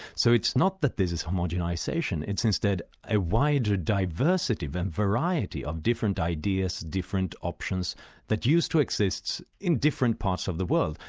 so it's not that there's this homogenisation, it's instead a wider diversity and variety of different ideas, different options that used to exist in different parts of the world.